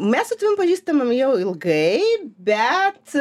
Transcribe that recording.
mes su tavim pažįstamom jau ilgai bet